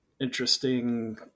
interesting